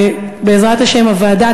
ובעזרת השם הוועדה,